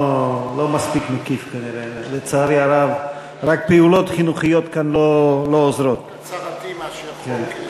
חוקק, ולפי דעתי זה לא מספיק.